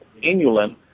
inulin